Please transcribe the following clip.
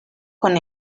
con